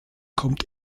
kommt